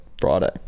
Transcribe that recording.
friday